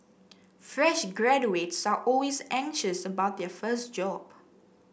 fresh graduates are always anxious about their first job